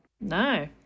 No